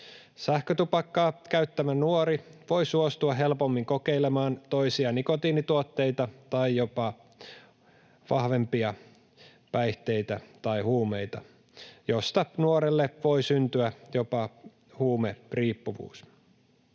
Sähkötupakkaa käyttävä nuori voi suostua helpommin kokeilemaan toisia nikotiinituotteita tai jopa vahvempia päihteitä tai huumeita, mistä nuorelle voi syntyä jopa huumeriippuvuus.